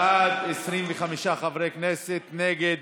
בעד, 25 חברי כנסת, נגד,